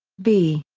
v.